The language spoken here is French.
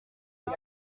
est